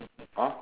!huh!